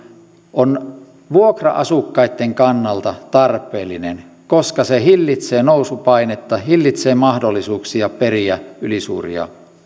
on vuokra asukkaitten kannalta tarpeellinen koska se hillitsee nousupainetta hillitsee mahdollisuuksia periä ylisuuria